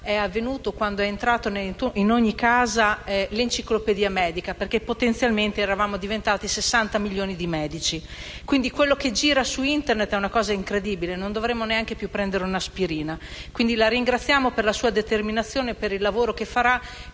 è avvenuto quando è entrata in ogni casa l'Enciclopedia medica, perché potenzialmente eravamo diventati 60 milioni di medici. Quello che gira su Internet è incredibile: non dovremmo neanche più prendere l'aspirina! La ringraziamo per la determinazione e per il lavoro che farà